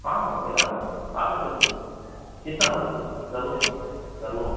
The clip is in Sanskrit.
आम् महोदया आम् महोदया आगच्छतु चिन्ता मास्तु सर्वं सर्वम्